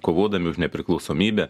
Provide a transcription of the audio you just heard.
kovodami už nepriklausomybę